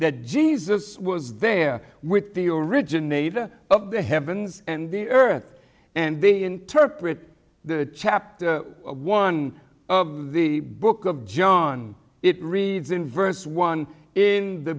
that jesus was there with the originator of the heavens and the earth and they interpret the chapter one of the book of john it reads in verse one in the